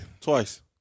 Twice